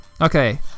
Okay